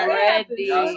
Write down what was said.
ready